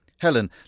Helen